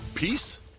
Peace